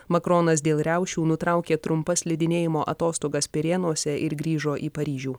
makronas dėl riaušių nutraukė trumpas slidinėjimo atostogas pirėnuose ir grįžo į paryžių